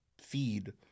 feed